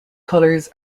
colors